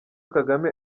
kagame